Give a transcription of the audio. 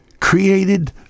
created